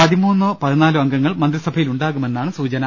പതിമൂന്നോ പതിനാലോ അംഗങ്ങൾ മന്ത്രിസഭയിൽ ഉണ്ടാകുമെന്നാണ് സൂചന